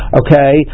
okay